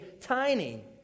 Tiny